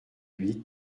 huit